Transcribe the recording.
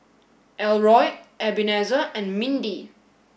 Elroy Ebenezer and Mindi